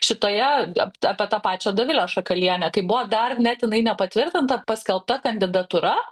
šitoje ap apie tą pačią dovilę šakalienę kai buvo dar net jinai nepatvirtinta paskelbta kandidatūra